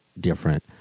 different